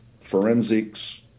forensics